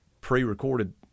pre-recorded